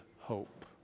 hope